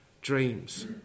dreams